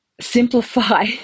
simplify